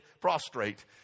prostrate